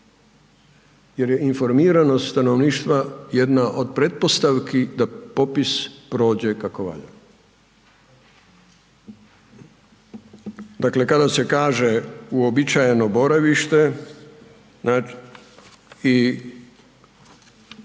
jer je informiranost stanovništva jedna od pretpostavki da popis prođe kako valja. Dakle kada se kaže uobičajeno boravište i ko